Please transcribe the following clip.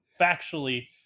Factually